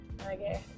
okay